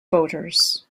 boaters